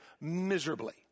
miserably